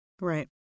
Right